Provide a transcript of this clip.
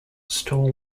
storm